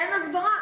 אין הסברה.